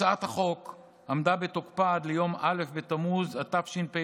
הצעת החוק עמדה בתוקפה עד ליום א' בתמוז התשפ"ב,